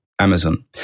Amazon